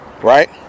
Right